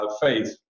faith